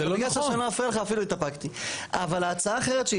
אבל זה לא נכון.